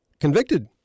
convicted